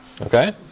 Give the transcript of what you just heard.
Okay